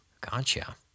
Gotcha